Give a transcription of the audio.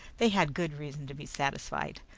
they had good reason to be satisfied.